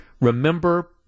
remember